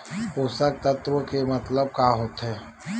पोषक तत्व के मतलब का होथे?